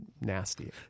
nasty